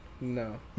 No